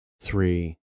three